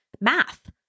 math